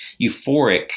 euphoric